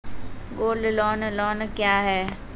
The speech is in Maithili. गोल्ड लोन लोन क्या हैं?